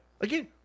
Again